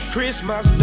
Christmas